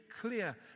clear